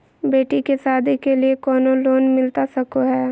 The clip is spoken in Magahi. बेटी के सादी के लिए कोनो लोन मिलता सको है?